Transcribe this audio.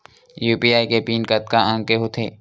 UPI के pin कतका अंक के होथे?